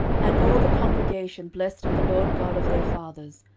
and all the congregation blessed the lord god of their fathers,